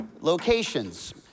locations